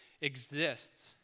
exists